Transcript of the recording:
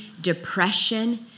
depression